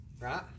Right